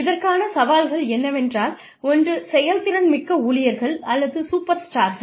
இதற்கான சவால்கள் என்னவென்றால் ஒன்று செயல்திறன் மிக்க ஊழியர்கள் அல்லது சூப்பர்ஸ்டார்கள்